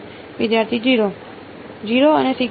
વિદ્યાર્થી 0